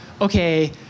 okay